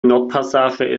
nordpassage